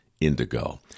indigo